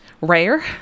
rare